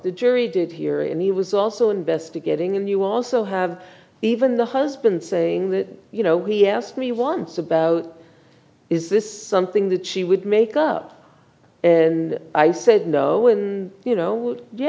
the jury did hear and he was also investigating and you also have even the husband saying that you know he asked me once about is this something that she would make up and i said no it you know ye